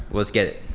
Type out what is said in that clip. let's get it.